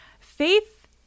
Faith